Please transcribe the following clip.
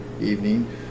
evening